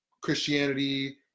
Christianity